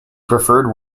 preferred